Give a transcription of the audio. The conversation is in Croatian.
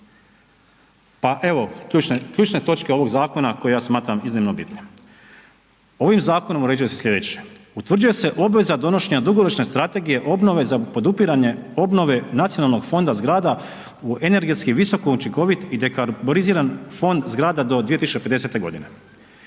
ključne, ključne točke ovog zakona koje ja smatram iznimno bitnim. Ovim zakonom uređuje se slijedeće, utvrđuje se obveza donošenja dugoročne strategije obnove za podupiranje obnove nacionalnog fonda zgrada u energetski visoko učinkovit i dekarboriziran fond zgrada do 2050.g.,